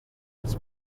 its